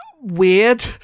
weird